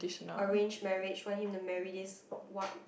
arranged marriage want him to marry this f~